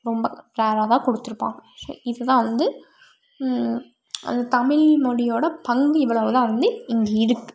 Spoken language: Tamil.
ரொம்ப ரேராக தான் கொடுத்துருப்பாங்க ஸோ இது தான் வந்து அந்த தமிழ்மொழியோடய பங்கு இவ்வளவு தான் வந்து இங்கே இருக்குது